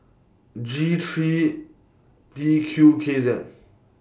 G three T Q K Z